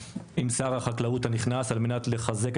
זה מתחבר גם לרעידת האדמה אבל בעיקר למחסור ברפואת מומחים,